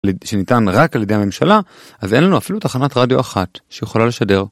שניתן רק על ידי הממשלה, אז אין לנו אפילו תחנת רדיו אחת שיכולה לשדר.